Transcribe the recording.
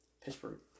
Pittsburgh